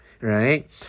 right